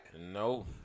No